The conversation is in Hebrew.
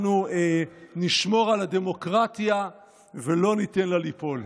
אנחנו נשמור על הדמוקרטיה ולא ניתן לה ליפול.